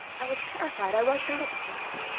i was terrified. i rushed out of the place.